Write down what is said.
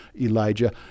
Elijah